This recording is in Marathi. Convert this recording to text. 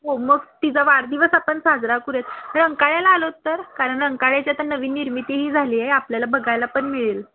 हो मग तिचा वाढदिवस आपण साजरा करूयात रंकाळ्याला आलो तर कारण रंकाळ्याची आता नवीन निर्मितीही झाली आहे आपल्याला बघायला पण मिळेल